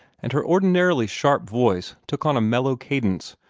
and her ordinarily sharp voice took on a mellow cadence,